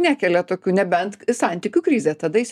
nekelia tokių nebent į santykių krizę tada jis